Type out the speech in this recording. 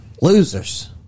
Losers